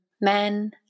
men